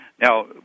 Now